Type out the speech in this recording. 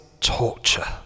torture